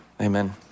amen